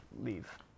leave